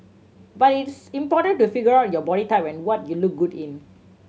but it's important to figure out your body type and what you look good in